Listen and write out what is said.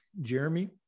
Jeremy